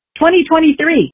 2023